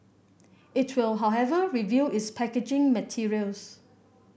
it will however review its packaging materials